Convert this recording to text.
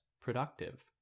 productive